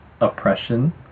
oppression